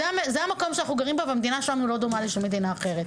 זה המקום שאנחנו גרים בו והמדינה שלנו לא דומה לשום מדינה אחרת.